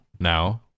now